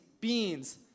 beans